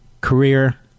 career